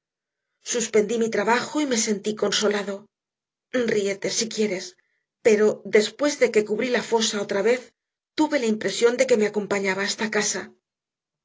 suspendí mi trabajo y me sentí consolado ríete si quieres pero después de que cubrí la fosa otra vez tuve la impresión de que me acompañaba hasta casa